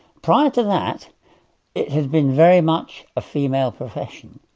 prior to that it had been very much a female profession,